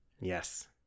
Yes